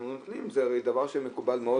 אנחנו נותנים, זה דבר שמקובל מאוד